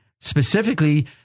specifically